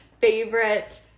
favorite